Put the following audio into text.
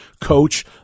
coach